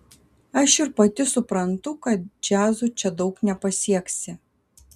aš ir pati suprantu kad džiazu čia daug nepasieksi